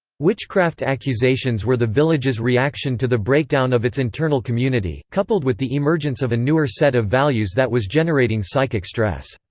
witchcraft accusations were the village's reaction to the breakdown of its internal community, coupled with the emergence of a newer set of values that was generating psychic stress.